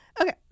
Okay